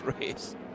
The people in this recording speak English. race